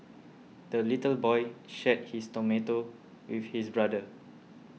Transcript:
the little boy shared his tomato with his brother